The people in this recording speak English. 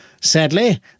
Sadly